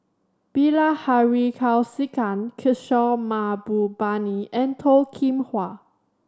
Bilahari Kausikan Kishore Mahbubani and Toh Kim Hwa